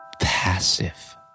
passive